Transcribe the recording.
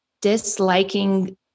disliking